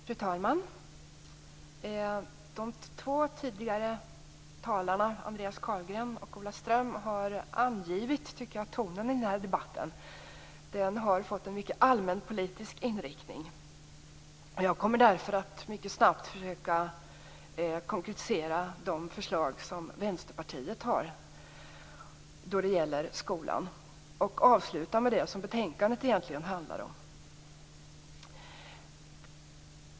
Fru talman! De två tidigare talarna Andreas Carlgren och Ola Ström har angivit tonen i debatten. Den har fått en mycket allmänpolitisk inriktning. Jag kommer därför att mycket snabbt försöka att konkretisera de förslag som Vänsterpartiet har när det gäller skolan och avsluta med det som betänkandet egentligen handlar om.